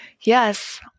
Yes